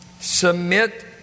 submit